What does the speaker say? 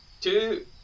two